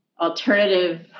alternative